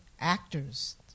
actors